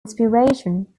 inspiration